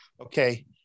Okay